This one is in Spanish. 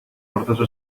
forzoso